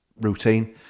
routine